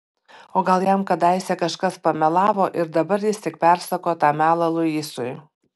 o gal jam kadaise kažkas pamelavo ir dabar jis tik persako tą melą luisui